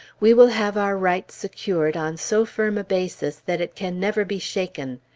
we will have our rights secured on so firm a basis that it can never be shaken.